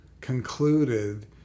concluded